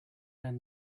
down